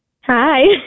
Hi